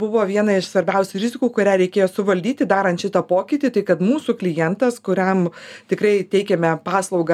buvo viena iš svarbiausių rizikų kurią reikėjo suvaldyti darant šitą pokytį tai kad mūsų klientas kuriam tikrai teikiame paslaugą